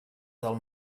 del